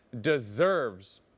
deserves